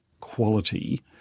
quality